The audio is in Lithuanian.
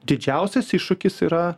didžiausias iššūkis yra